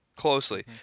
closely